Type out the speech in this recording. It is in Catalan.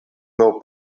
meu